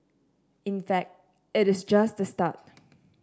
in fact it is just the start